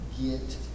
Get